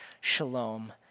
shalom